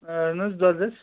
اہَن حَظ دۄد حَظ